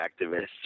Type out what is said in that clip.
activists